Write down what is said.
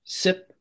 sip